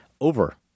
over